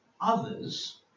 others